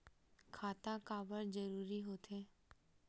खाता काबर जरूरी हो थे?